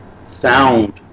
sound